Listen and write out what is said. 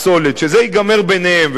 שזה ייגמר ביניהם,